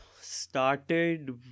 Started